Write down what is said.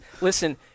listen